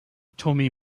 tommy